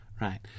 Right